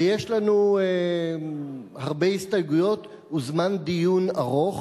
ויש לנו הרבה הסתייגויות והוזמן דיון ארוך,